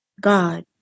God